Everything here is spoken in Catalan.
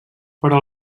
però